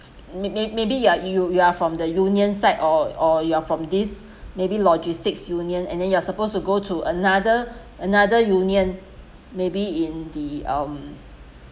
may may maybe you are you you are from the union side or or you're from this maybe logistics union and then you are supposed to go to another another union maybe in the um